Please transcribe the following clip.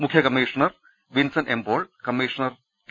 മുഖ്യ commissioner Vinson M Paul commissioner K